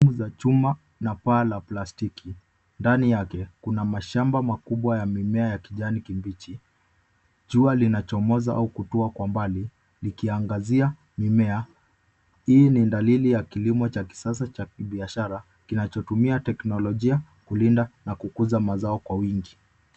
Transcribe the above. Sehemu za chuma na paa la plastiki. Ndani yake kuna mashamba makubwa ya mimea ya kijani kibichi. Jua linachomoza au kutua kwa mbali likiangazia mimea. Hii ni dalili ya kilimo cha kisasa cha kibiashara kinachotumia teknolojia kulinda na kukuza mazao kwa wingi.